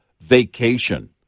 vacation